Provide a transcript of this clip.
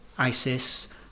ISIS